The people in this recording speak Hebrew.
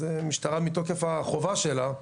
המשטרה מגיעה למקום, מתוקף החובה שלה,